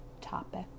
topic